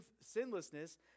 sinlessness